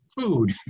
food